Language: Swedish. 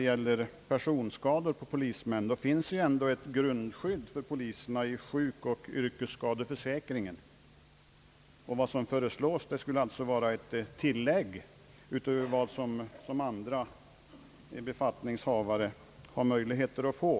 I fråga om personskada för polismän finns det ändå ett grundskydd för polispersonalen genom sjukförsäkringen och yrkesskadeförsäkringen. Vad som här föreslås skulle vara ett till lägg utöver vad andra befattningshavare har möjlighet att få.